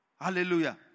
Hallelujah